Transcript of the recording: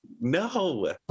no